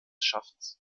schaffens